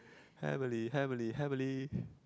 heavenly heavenly heavenly